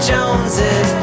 Joneses